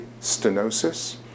stenosis